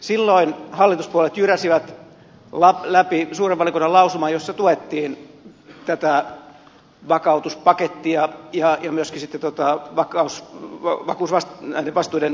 silloin hallituspuolueet jyräsivät läpi suuren valiokunnan lausuman jossa tuettiin tätä vakautuspakettia ja myöskin sitten näiden vastuiden kaksinkertaistamista